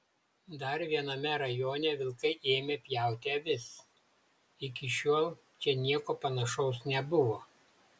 dar viename rajone vilkai ėmė pjauti avis iki šiol čia nieko panašaus nebuvo